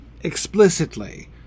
explicitly